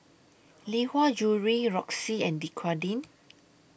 Lee Hwa Jewellery Roxy and Dequadin